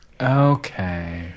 Okay